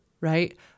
right